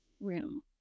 room